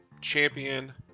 champion